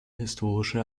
historische